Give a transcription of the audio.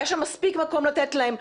היה שם מספיק מקום לתת להם,